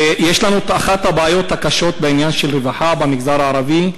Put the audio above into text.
ויש אצלנו אחת הבעיות הקשות בעניין של רווחה במגזר הערבי,